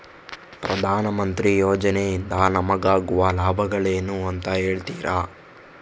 ಪ್ರಧಾನಮಂತ್ರಿ ಯೋಜನೆ ಇಂದ ನಮಗಾಗುವ ಲಾಭಗಳೇನು ಅಂತ ಹೇಳ್ತೀರಾ?